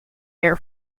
air